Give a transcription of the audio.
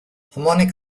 harmonic